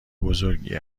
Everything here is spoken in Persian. بزرگی